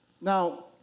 Now